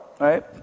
right